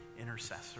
intercessor